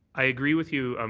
i agree with you, um